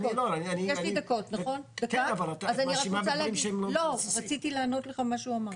את מאשימה בדברים לא מבוססים.